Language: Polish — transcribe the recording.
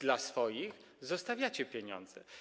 Dla swoich zostawiacie pieniądze.